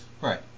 Right